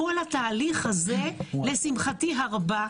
לשמחתי הרבה,